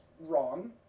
wrong